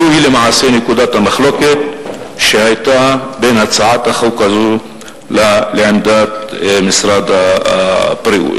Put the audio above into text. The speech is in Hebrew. זו למעשה נקודת המחלוקת שהיתה בין הצעת החוק הזו לעמדת משרד הבריאות.